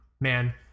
man